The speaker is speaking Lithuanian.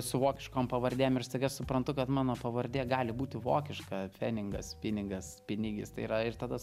su vokiškom pavardėm ir staiga suprantu kad mano pavardė gali būti vokiška pfeningas pinigas pinigis tai yra ir tada